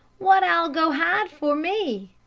what ah'll go hide for, me?